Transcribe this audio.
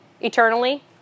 eternally